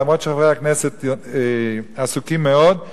אף-על-פי שחברי הכנסת עסוקים מאוד,